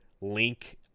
Link